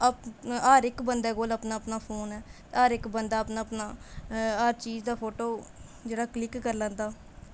हर इक बंदे कोल अपना अपना फोन ऐ हर इक बंदा अपना अपना हर चीज़ दा फोटो जेह्ड़ा क्लिक करी लैंदा